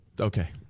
Okay